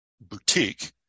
boutique